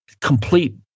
complete